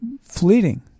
fleeting